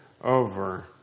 Over